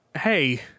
Hey